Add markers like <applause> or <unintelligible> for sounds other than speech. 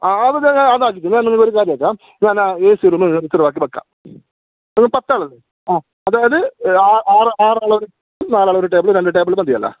ആ അതു ഞങ്ങൾ അതാക്കി ഞാൻ നിങ്ങൾക്ക് ഒരു കാര്യം ആക്കാം പിന്നെ എസി റൂം നിങ്ങൾക്കിതാക്കി വയ്ക്കാം നിങ്ങൾ പത്ത് ആളല്ലേ ആ അതായത് ആറ് ആളെ ഒരു <unintelligible> നാല് ആൾ ഒരു ടേബിളും രണ്ടു ടേബിൾ മതിയല്ലോ